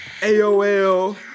AOL